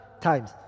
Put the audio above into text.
times